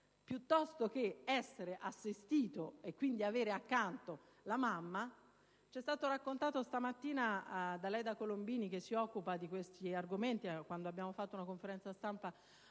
in ospedale e l'essere assistito, e quindi avere accanto la mamma. Ci è stato raccontato stamattina da Leda Colombini, che si occupa di questi argomenti, in occasione di una conferenza stampa